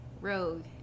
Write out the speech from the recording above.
rogue